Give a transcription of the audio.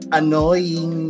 annoying